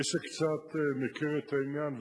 מי שקצת מכיר את העניין,